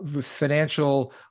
financial